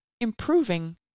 improving